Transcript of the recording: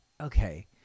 okay